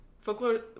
Folklore